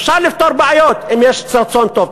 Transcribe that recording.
אפשר לפתור בעיות אם יש רצון טוב.